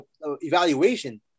evaluation